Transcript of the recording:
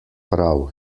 prav